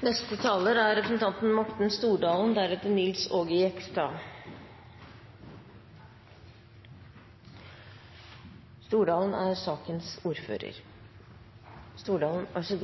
bare komme med noen kommentarer. Her brukes det tid på økte kostnader knyttet til ERTMS, og så